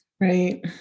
Right